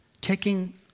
taking